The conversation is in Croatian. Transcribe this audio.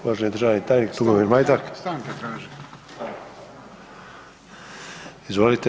Uvaženi državni tajnik Tugomir Majdak [[Upadica: Stanku, stanku traži.]] Izvolite.